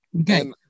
Okay